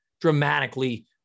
dramatically